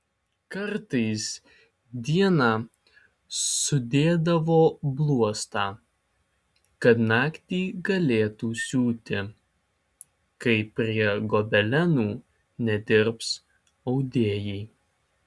kartais dieną sudėdavo bluostą kad naktį galėtų siūti kai prie gobelenų nedirbs audėjai